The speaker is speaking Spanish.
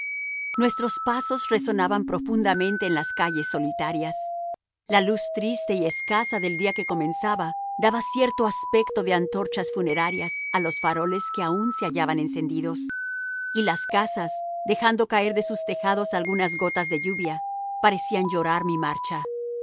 nuestros pasos resonaban profundamente en las calles solitarias la luz triste y escasa del día que comenzaba daba cierto aspecto de antorchas funerarias a los faroles que aún se hallaban encendidos y las casas dejando caer de sus tejados algunas gotas de lluvia parecían llorar mi marcha